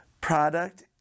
product